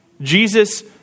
Jesus